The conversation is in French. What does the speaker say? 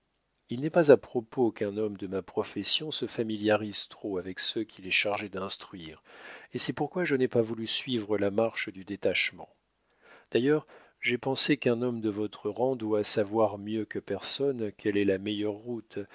il n'est pas à propos qu'un homme de ma profession se familiarise trop avec ceux qu'il est chargé d'instruire et c'est pourquoi je n'ai pas voulu suivre la marche du détachement d'ailleurs j'ai pensé qu'un homme de votre rang doit savoir mieux que personne quelle est la meilleure route